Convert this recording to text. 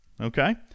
okay